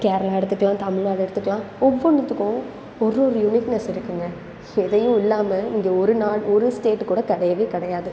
கேரளா எடுத்துக்கலாம் தமிழ்நாடு எடுத்துக்கலாம் ஒவ்வொன்னுத்துக்கும் ஒரு ஒரு யூனிக்னெஸ் இருக்குதுங்க எதையும் இல்லாமல் இங்கே ஒரு நாள் ஒரு ஸ்டேட்டு கூட கிடையவே கிடையாது